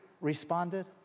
responded